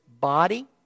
body